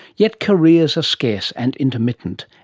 yet careers are scarce and intermittent,